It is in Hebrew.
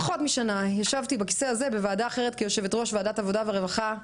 פחות משנה ישבתי בכיסא הזה בוועדה אחרת כיושבת-ראש ועדת העבודה והרווחה,